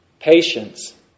Patience